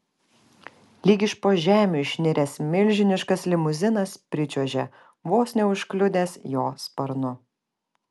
lyg iš po žemių išniręs milžiniškas limuzinas pričiuožė vos neužkliudęs jo sparnu